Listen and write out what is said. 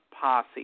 posse